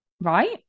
right